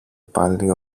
πάλι